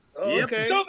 Okay